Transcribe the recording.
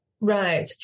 Right